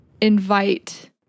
invite